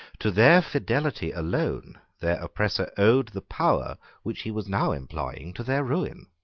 to their fidelity alone their oppressor owed the power which he was now employing to their ruin.